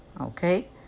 okay